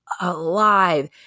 alive